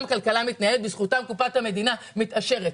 כלכלה מתנהלת ובזכותם קופת המדינה מתעשרת.